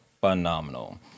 phenomenal